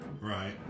Right